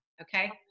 Okay